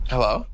Hello